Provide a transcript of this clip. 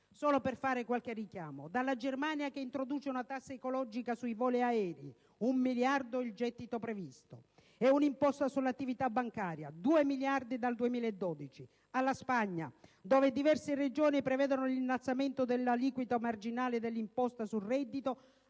Solo per fare qualche richiamo: dalla Germania che introduce una tassa ecologica sui voli aerei (1 miliardo il gettito previsto) e un'imposta sull'attività bancaria (2 miliardi dal 2012), alla Spagna dove diverse Regioni prevedono l'innalzamento dell'aliquota marginale dell'imposta sul reddito